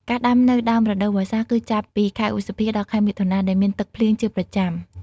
ការដាំនៅដើមរដូវវស្សាគឺចាប់ពីខែឧសភាដល់ខែមិថុនា ដែលមានទឹកភ្លៀងជាប្រចាំ។